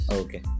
okay